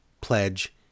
pledge